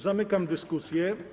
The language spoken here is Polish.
Zamykam dyskusję.